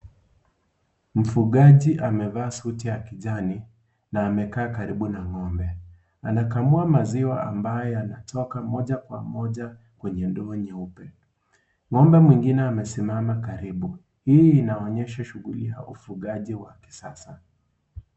Mfugaji amevaa suti ya kijani na amekaa karibu na ng'ombe . Anakamua maziwa ambayo yanatoka moja kwa moja kwenye ndoo nyeupe . Ng'ombe mwingine amesimama karibu , hii inaonyesha shughuli ya ufugaji wa kisasa.